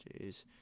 Jeez